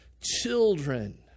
children